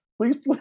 Please